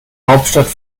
hauptstadt